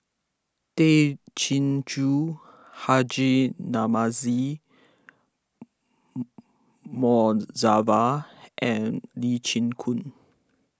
Tay Chin Joo Haji Namazie Mohd Javad and Lee Chin Koon